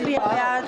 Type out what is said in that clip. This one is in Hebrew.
מי הצביע בעד?